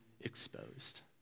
exposed